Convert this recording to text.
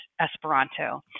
Esperanto